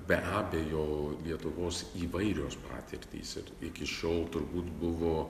be abejo lietuvos įvairios patirtys ir iki šiol turbūt buvo